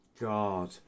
God